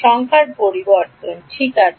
সংখ্যার পরিবর্তন ঠিক আছে